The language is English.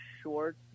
short